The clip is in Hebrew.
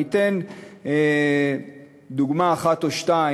אתן דוגמה אחת או שתיים.